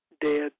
dead